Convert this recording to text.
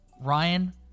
Ryan